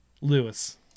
Lewis